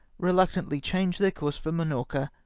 reluctantly changed the course for minorca,